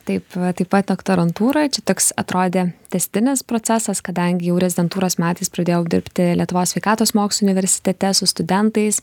taip taip pat doktorantūroj čia toks atrodė tęstinis procesas kadangi jau rezidentūros metais pradėjau dirbti lietuvos sveikatos mokslų universitete su studentais